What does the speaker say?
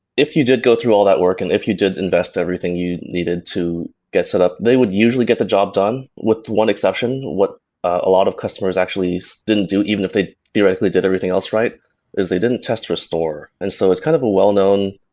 if you did go through all that work and if you did invest everything you needed to get setup, they would usually get the job done with one exception. what a lot of customers actually so didn't do even if they theoretically did everything else right is they didn't test restore. and so it's kind of well-known